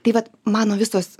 tai vat mano visos